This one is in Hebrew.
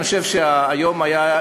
אני חושב שהיום היה,